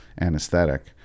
anesthetic